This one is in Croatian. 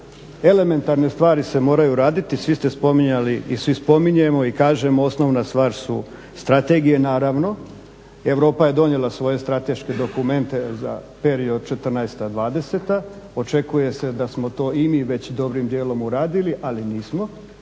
elementarne stvari se moraju raditi, svi ste spominjali i svi spominjemo i kažemo osnovna stvar su strategije naravno. Europa je donijela svoje strateške dokumente za period 14-20 očekuje se da smo to i mi već dobrim dijelom uradili ali nismo